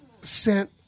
sent